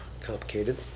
complicated